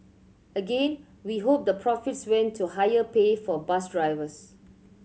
again we hope the profits went to higher pay for bus drivers